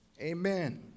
Amen